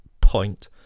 point